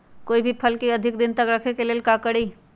कोई भी फल के अधिक दिन तक रखे के लेल का करी?